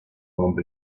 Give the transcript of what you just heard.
bump